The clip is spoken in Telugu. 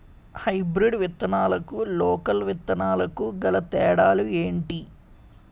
హైబ్రిడ్ విత్తనాలకు లోకల్ విత్తనాలకు గల తేడాలు ఏంటి?